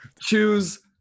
Choose